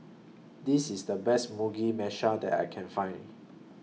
This IS The Best Mugi Meshi that I Can Find